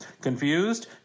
confused